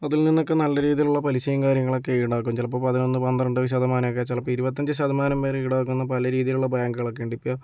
അതിൽ നിന്നൊക്കെ നല്ല രീതിയിലുള്ള പലിശയും കാര്യങ്ങളൊക്കെ ഈടാക്കും ചിലപ്പം പതിനൊന്ന് പന്ത്രണ്ട് ശതമാനമൊക്കെ ചിലപ്പം ഇരുപ്പത്തിഅഞ്ച് ശതമാനം വരെ ഈടാക്കുന്ന പലരീതിയിലുള്ള ബാങ്കുകളൊക്കെ ഉണ്ട് ഇപ്പം